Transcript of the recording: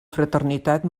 fraternitat